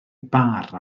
bar